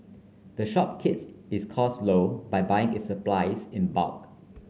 the shop keeps its costs low by buying its supplies in bulk